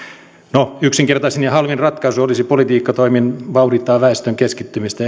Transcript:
no yksinkertaisin ja halvin ratkaisu olisi politiikkatoimin vauhdittaa väestön keskittymistä